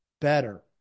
better